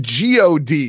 God